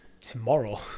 tomorrow